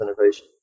innovation